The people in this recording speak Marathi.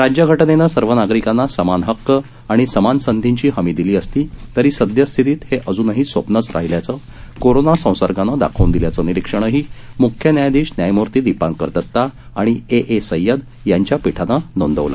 राज्यघटनेनं सर्व नागरिकांना समान हक्क आणि समान संधींची हमी दिली असली तरी सद्यस्थितीत हे अजूनही स्वप्नच राहिलं आहे हे कोरोना संसर्गानं दाखवून दिल्याचं निरीक्षणही मुख्य न्यायाधीश न्यायमूर्ती दीपंकर दता आणि ए ए सय्यद यांच्या पीठानं नोंदवलं